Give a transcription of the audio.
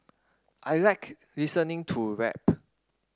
I like listening to rap